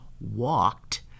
walked